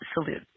salute